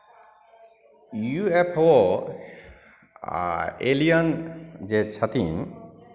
U F O आ alien जे छथिन